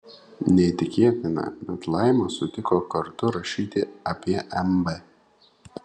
neįtikėtina bet laima sutiko kartu rašyti apie mb